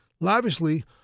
lavishly